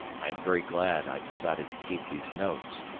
i am very glad i decided to keep these notes,